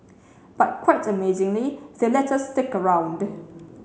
but quite amazingly they let us stick around